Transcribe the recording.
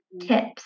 tips